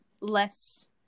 less